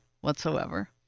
whatsoever